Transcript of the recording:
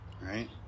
right